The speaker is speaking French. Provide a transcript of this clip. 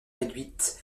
réduite